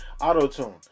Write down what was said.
auto-tune